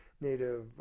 native